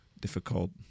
difficult